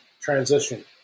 transition